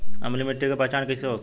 अम्लीय मिट्टी के पहचान कइसे होखे?